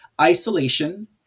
isolation